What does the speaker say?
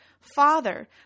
father